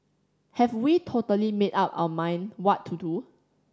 have we totally made up our mind what to do